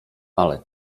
ale